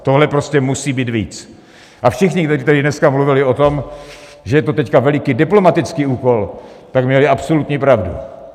Tohle prostě musí být víc a všichni, kdo tady dneska mluvili o tom, že to je teď veliký diplomatický úkol, tak měli absolutní pravdu.